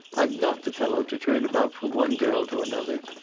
i'm not the fellow to turn about from one girl to another.